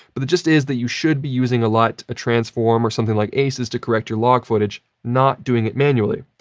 but the gist is that you should be using a lut or a transform or something like aces to correct your log footage, not doing it manually.